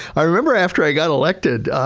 i remember after i got elected,